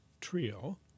Trio